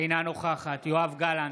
אינה נוכחת יואב גלנט,